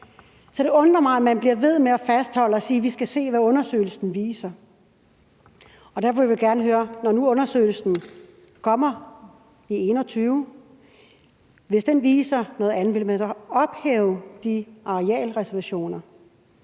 Så det undrer mig, at man bliver ved med at fastholde, at vi skal se, hvad undersøgelsen viser. Derfor vil jeg gerne høre: Hvis undersøgelsen, når den kommer i 2021, viser noget andet, vil man så ophæve de arealreservationer,